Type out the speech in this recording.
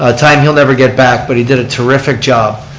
ah time he'll never get back, but he did a terrific job.